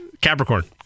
Capricorn